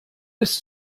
ist